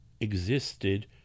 existed